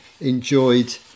enjoyed